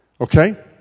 Okay